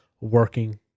working